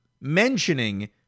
mentioning